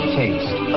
taste